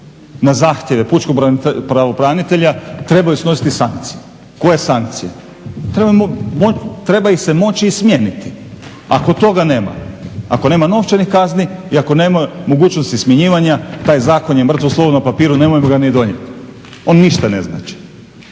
na zahtjev pučkog pravobranitelja trebaju snositi sankcije. Koje sankcije? Treba ih se moći smijeniti. Ako toga nema, ako nema novčanih kazni i ako nema mogućnosti smjenjivanja, taj zakon je mrtvo slovo na papiru. Nemojmo ga ni donijeti. On ništa ne znači.